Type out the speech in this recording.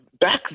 back